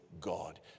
God